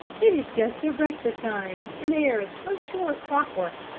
it is just their breakfast time, and they are as punctual as clockwork.